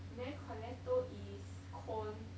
then Cornetto is cone